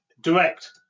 direct